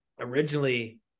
originally